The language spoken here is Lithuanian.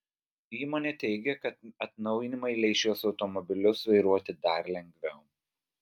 įmonė teigia kad atnaujinimai leis šiuos automobilius vairuoti dar lengviau